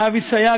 אבי סייג,